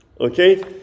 Okay